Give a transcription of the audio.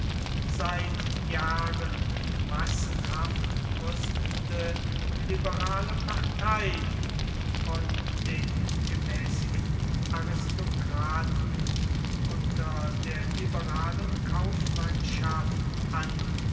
seit jahren massenhaft rüstende liberale partei von den gemäßigten aristokraten und der liberalen kaufmannschaft an